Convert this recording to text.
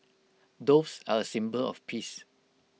doves are A symbol of peace